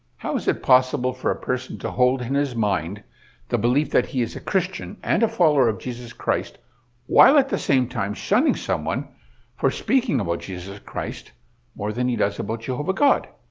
how is it possible for a person to hold in his mind the belief that he is a christian and a follower of jesus christ while at the same time shunning someone for speaking about jesus christ more than he does about jehovah god?